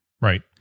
Right